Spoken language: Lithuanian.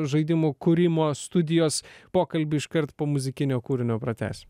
žaidimų kūrimo studijos pokalbį iškart po muzikinio kūrinio pratęsim